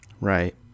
Right